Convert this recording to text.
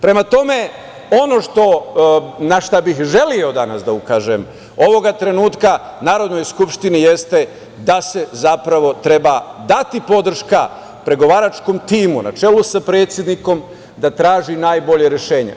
Prema tome, ono na šta bih želeo danas da ukažem ovoga trenutka Narodnoj skupštini jeste da se zapravo treba dati podrška pregovaračkom timu, na čelu sa predsednikom, da traži najbolje rešenje.